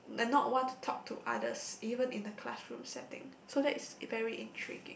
like not want to talk to others even in the classroom setting so that is very intriguing